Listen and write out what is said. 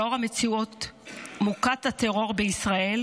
לנוכח המציאות מוכת הטרור בישראל,